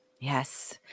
Yes